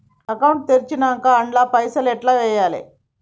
Account తెరిచినాక అండ్ల పైసల్ ఎట్ల వేయాలే?